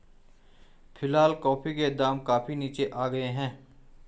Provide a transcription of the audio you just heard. फिलहाल कॉफी के दाम काफी नीचे आ गए हैं